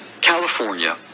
California